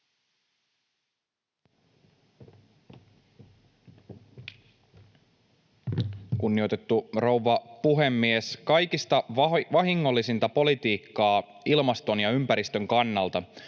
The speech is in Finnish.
Kunnioitettu rouva puhemies! Kaikista vahingollisinta politiikkaa ilmaston ja ympäristön kannalta